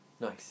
nice